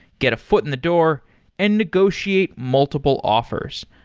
get a foot in the door and negotiate multiple offers.